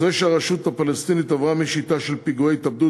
זה שהרשות הפלסטינית עברה משיטה של פיגועי התאבדות